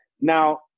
Now